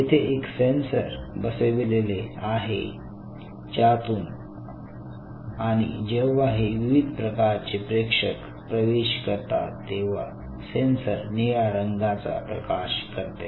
तेथे एक सेन्सर बसविलेले आहे ज्यातून आणि जेव्हा हे विविध प्रकारचे प्रेक्षक प्रवेश करतात तेव्हा सेन्सर निळ्या रंगाचा प्रकाश करते